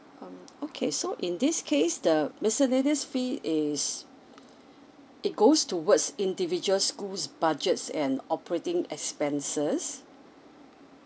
um okay so in this case the miscellaneous fees is it goes towards individual schools budgets and operating expenses